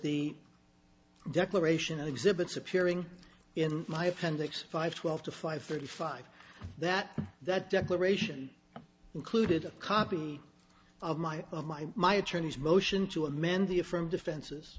the declaration of exhibits appearing in my appendix five twelve to five thirty five that that declaration included a copy of my of my my attorney's motion to amend the a from defenses